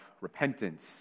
repentance